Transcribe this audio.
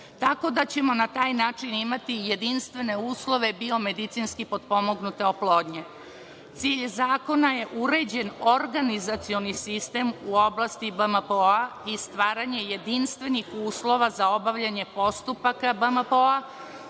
tako da ćemo na taj način imati jedinstvene uslove biomedicinski potpomognute oplodnje. Cilj zakona je uređen organizacioni sistem u oblasti BMPO-a i stvaranje jedinstvenih uslova za obavljanje postupaka BMPO-a,